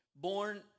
Born